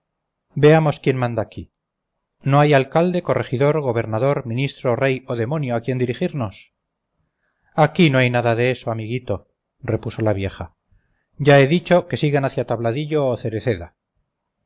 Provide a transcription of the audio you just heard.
veamos quién manda aquí no hay alcalde corregidor gobernador ministro rey o demonio a quien dirigirnos aquí no hay nada de eso amiguito repuso la vieja ya he dicho que sigan hacia tabladillo o cereceda